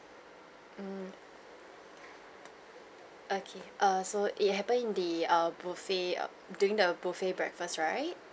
mm okay err so it happened in the uh buffet during the buffet breakfast right